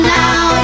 now